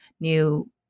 new